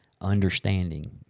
understanding